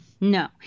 no